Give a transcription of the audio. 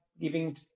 giving